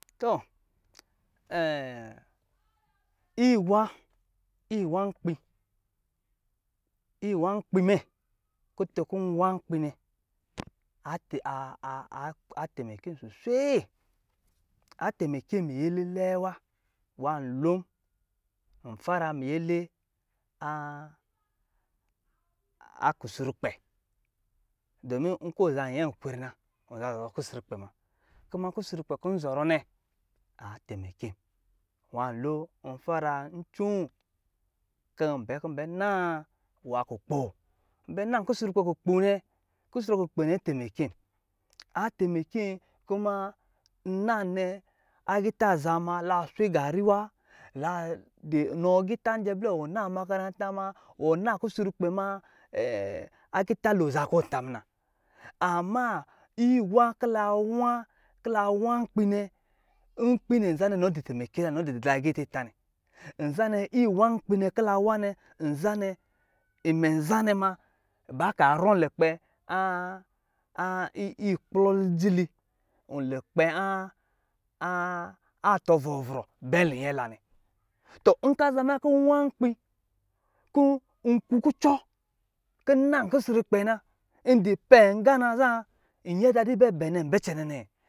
Tɔ, iwa, iwā nkpi, iwā nkpi me, kutun kɔ̄ nwā nkpi nɛ, a tɛmɛkɛm suswee. A tɛmɛkɛm miyɛlɛ lɛɛ wa, nwā nloo, n fara miyɛlɛ a a kusrukpɛ, dɔmin nkɔ̄ wa za nyɛ kuri na, ɔ zan zɔrɔ kusrukpɛ ma. Kuma kusrukpɛ kɔ̄ n zɔrɔ nɛ, a tɛmɛkɛm. Nwā nloo, n fara ncoo kɔ̄ n bɛ kɔ̄ n bɛ naa wa kukpo. N bɛ na kusrukpɛ kukpo nɛ, kusrukpɛ kukpo nɛ tɛmɛkɛm, a tɛmɛkɛm kuma, n naa nɛ, agitā za ma, la swe gari wa, la di nɔ agitā njɛ blɛ wɔ naa makarantā ma, wɔ na kusrukpɛ ma agitā lo za kɔ̄ ɔ̄ ta ma. Amma, iwā ki la wā, kila wā nkpi nɛ, ki la wā nɛ, nzanɛ imɛ nzanɛ ma, ba kaa rɛm lukpɛ a a i- ikplɔ lijili n lukpɛ a- a- aatɔɔ vrovro bɛ linyɛ la nɛ. Tɔ nkɔ̄ a za manyi kɔ̄ nwā nkpi, kɔ̄ n ku kucɔ kin n naa kusrukpo na, n di pɛngā na zan, nyɛ da di bɛ bɛnɛm bɛ cɛnɛ nɛɛ